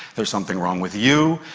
there's something wrong with you,